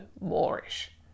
Moorish